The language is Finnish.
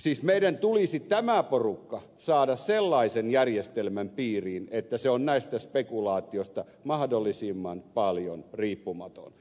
siis meidän tulisi tämä porukka saada sellaisen järjestelmän piiriin että se on näistä spekulaatioista mahdollisimman paljon riippumaton